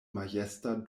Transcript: majesta